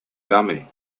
dummy